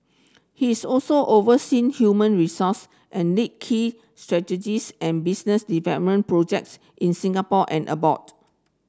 he is also oversee human resource and lead key strategies and business projects in Singapore and abroad